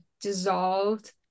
dissolved